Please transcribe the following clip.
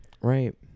Right